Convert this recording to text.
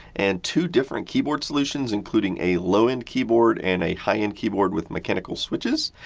and two different keyboard solutions including a low-end keyboard and a high-end keyboard with mechanical switches,